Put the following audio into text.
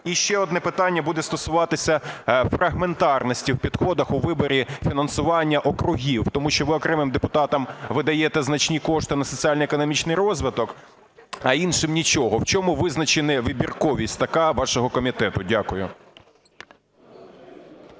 І ще одне питання буде стосуватися фрагментарності в підходах у виборі фінансування округів, тому що ви окремим депутатам видаєте значні кошти на соціально-економічний розвиток, а іншим нічого. В чому визначена вибірковість така вашого комітету? Дякую.